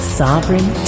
sovereign